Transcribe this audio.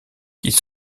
qu’ils